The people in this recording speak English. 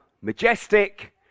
majestic